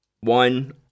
one